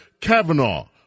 Kavanaugh